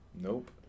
nope